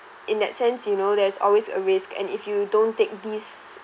in that sense you know there's always a risk and if you don't take these